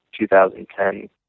2010